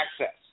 access